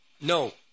No